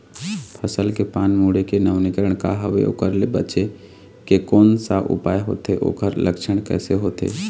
फसल के पान मुड़े के नवीनीकरण का हवे ओकर ले बचे के कोन सा उपाय होथे ओकर लक्षण कैसे होथे?